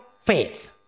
faith